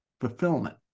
fulfillment